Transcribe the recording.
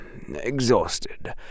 exhausted